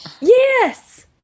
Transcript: Yes